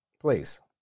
Please